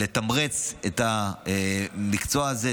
לתמרץ את המקצוע הזה,